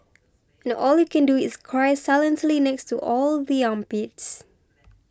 and all you can do is cry silently next to all the armpits